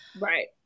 Right